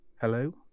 Hello